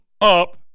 up